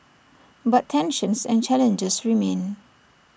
but tensions and challenges remain